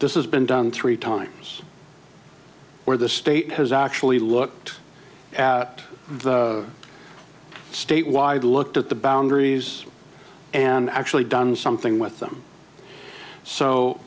this is been done three times where the state has actually looked at the state wide looked at the boundaries and actually done something with them